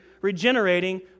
regenerating